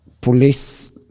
police